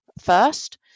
first